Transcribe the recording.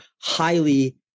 highly